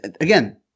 Again